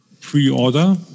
pre-order